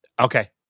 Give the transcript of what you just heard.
Okay